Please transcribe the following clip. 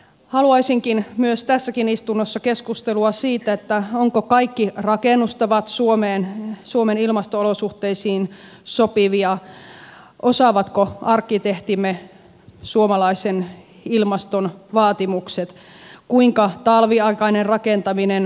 haluaisinkin myös tässä istunnossa keskustelua siitä ovatko kaikki rakennustavat suomen ilmasto olosuhteisiin sopivia osaavatko arkkitehtimme suomalaisen ilmaston vaatimukset kuinka talviaikainen rakentaminen toimii